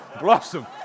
blossom